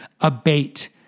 abate